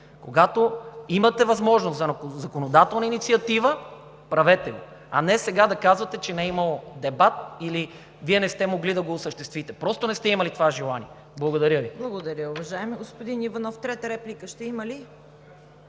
Когато имате възможност за законодателна инициатива, правете го! А не сега да казвате, че не е имало дебат или Вие не сте могли да го осъществите – просто не сте имали това желание. Благодаря Ви. ПРЕДСЕДАТЕЛ ЦВЕТА КАРАЯНЧЕВА: Благодаря, уважаеми господин Иванов. Трета реплика ще има ли?